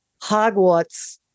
Hogwarts